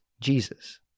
Jesus